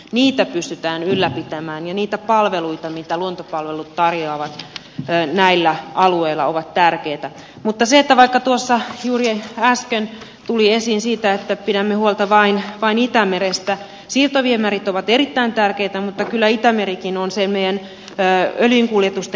niitä pystytään ylläpitämään ja niitä palveluita mitä luontopalvelut tarjoavat tänne näillä alueilla ovat tärkeitä mutta se että vaikka tuossa juuri äsken tuli esiin siitä että pidämme huolta laskelmassa vain itämerestä siirtoviemärit ovat erittäin tärkeitä mutta kyllä itämerikin on seinien päälle niin puolitoista